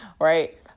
right